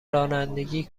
رانندگی